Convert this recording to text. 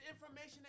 information